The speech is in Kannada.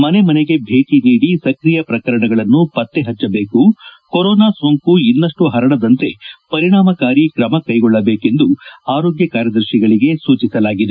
ಮನೆ ಮನೆಗೆ ಭೇಟಿ ನೀದಿ ಸಕ್ರಿಯ ಪ್ರಕರಣಗಳನ್ನು ಪತ್ತೆ ಹಚ್ಚಬೇಕು ಕೊರೊನಾ ಸೋಂಕು ಇನ್ನಷ್ಟು ಹರಡದಂತೆ ಪರಿಣಾಮಕಾರಿ ಕ್ರಮ ಕೈಗೊಳ್ಳಬೇಕೆಂದು ಆರೋಗ್ಯ ಕಾರ್ಯದರ್ಶಿಗಳಿಗೆ ಸೂಚಿಸಲಾಗಿದೆ